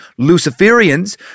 Luciferians